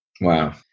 Wow